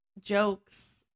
Jokes